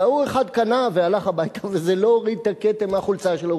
אחד קנה והלך הביתה וזה לא הוריד את הכתם מהחולצה שלו.